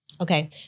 Okay